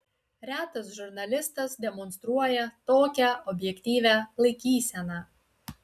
retas žurnalistas demonstruoja tokią objektyvią laikyseną